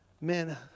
Man